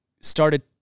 started